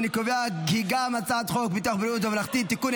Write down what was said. את הצעת חוק ביטוח בריאות ממלכתי (תיקון,